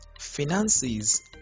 finances